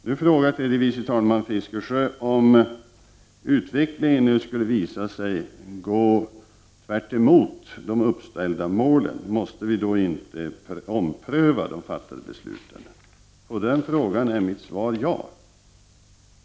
Nu frågar tredje vice talman Fiskesjö om vi inte måste ompröva de fattade besluten, om utvecklingen skulle gå tvärs emot de uppställda målen. På den frågan är mitt svar ja.